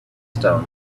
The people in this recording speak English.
stone